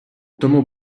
тому